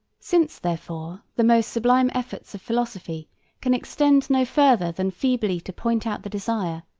since therefore the most sublime efforts of philosophy can extend no further than feebly to point out the desire,